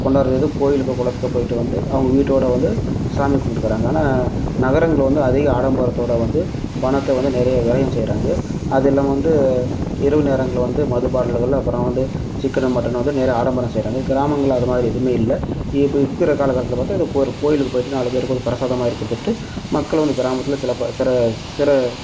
கொண்டாடுகிறது வந்து கோயிலுக்கோ குளத்துக்கோ போய்விட்டு வந்து அவங்க வீட்டோடு வந்து சாமி கும்பிட்டுக்குறாங்க ஆனால் நகரங்கள் அதிக ஆடம்பரத்தோடு வந்து பணத்தை வந்து நிறைய விரயம் செய்கிறாங்க அதுவும் இல்லாமல் வந்து இரவு நேரங்களில் வந்து மது பாட்டில்கள் அப்புறம் வந்து சிக்கனு மட்டனு வந்து நிறைய ஆடம்பரம் செய்கிறாங்க கிராமங்களில் அதுமாதிரி எதுவுமே இல்லை இப்போ இருக்கற ற காலகட்டத்தில் பார்த்தா ஒரு கோயிலுக்கு போய்விட்டு நாலு பேருக்கு வந்து பிரசாதமாக மாதிரி கொடுத்துட்டு மக்கள் வந்து கிராமத்தில்